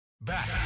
Back